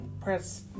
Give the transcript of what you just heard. press